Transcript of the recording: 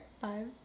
five